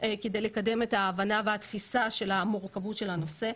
כדי לקדם את ההבנה והתפיסה של המורכבות של הנושא.